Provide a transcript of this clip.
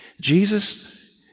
Jesus